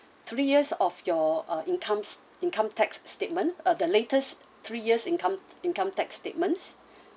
three years of your ah incomes income tax statements uh the latest three years income income tax statements